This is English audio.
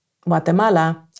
Guatemala